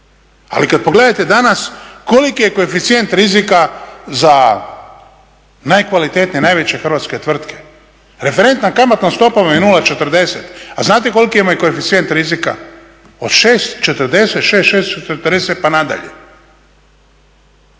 Ali kad pogledate danas koliki je koeficijent rizika za najkvalitetnije, najveće hrvatske tvrtke referentna kamatna stopa vam je 0,40. A znate koliki vam je koeficijent rizika? Od 6,46, 6,40 pa na dalje.